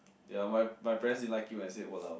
ya my my parents didn't like it when I say !walao!